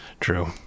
True